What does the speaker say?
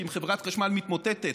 כי אם חברת חשמל מתמוטטת,